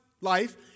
life